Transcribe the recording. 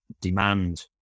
demand